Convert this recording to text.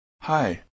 Hi